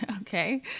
Okay